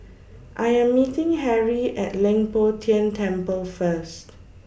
I Am meeting Harrie At Leng Poh Tian Temple First